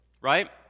right